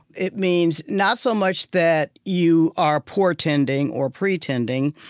it means not so much that you are portending or pretending,